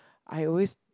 I always